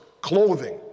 clothing